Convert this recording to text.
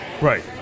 Right